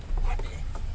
eh eh